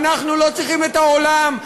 אנחנו לא צריכים את העולם,